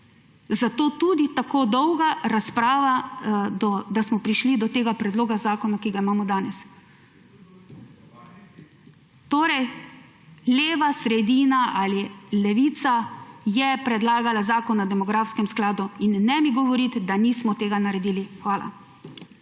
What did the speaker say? Zato tudi tako dolga razprava, da smo prišli do tega predloga zakona, ki ga imamo danes. / oglašanje iz dvorane/ Torej leva sredina ali levica je predlagala zakon o demografskem skladu in ne mi govoriti, da nismo tega naredili. Hvala.